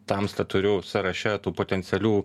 tamstą turiu sąraše tų potencialių